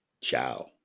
Ciao